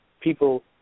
people